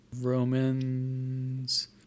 Romans